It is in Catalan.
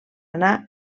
anar